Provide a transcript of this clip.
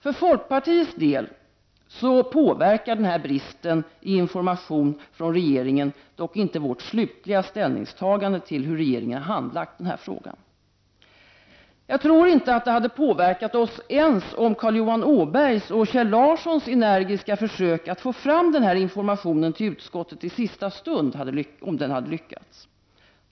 För folkpartiets del påverkar denna brist på information från regeringen dock inte vårt slutliga ställningstagande till hur regeringen handlagt denna fråga. Jag tror inte att det hade påverkat oss ens om Carl Johan Åbergs och Kjell Larssons energiska försök att få fram denna information till utskottet i sista stund hade lyckats.